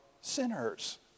sinners